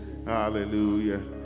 Hallelujah